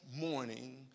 morning